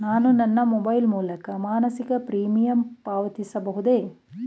ನಾನು ನನ್ನ ಮೊಬೈಲ್ ಮೂಲಕ ಮಾಸಿಕ ಪ್ರೀಮಿಯಂ ಪಾವತಿಸಬಹುದೇ?